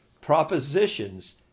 propositions